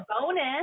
bonus